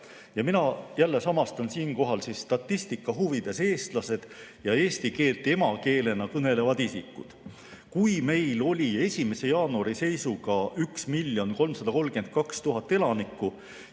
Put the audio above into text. Mina jälle samastan siinkohal statistika huvides eestlased ja eesti keelt emakeelena kõnelevad isikud. Kui meil oli 1. jaanuari seisuga 1 332 000 elanikku